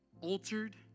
altered